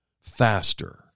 faster